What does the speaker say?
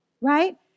Right